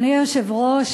אדוני היושב-ראש,